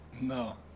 No